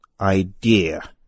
idea